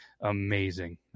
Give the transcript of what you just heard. amazing